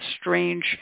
strange